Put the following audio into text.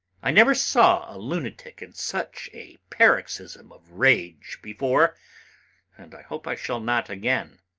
i never saw a lunatic in such a paroxysm of rage before and i hope i shall not again.